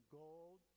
gold